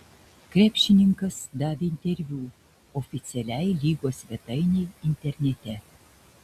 krepšininkas davė interviu oficialiai lygos svetainei internete